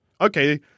okay